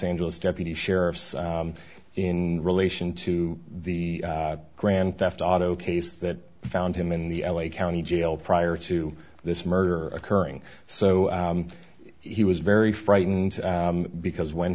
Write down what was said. angeles deputy sheriffs in relation to the grand theft auto case that found him in the l a county jail prior to this murder occurring so he was very frightened because when